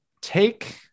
take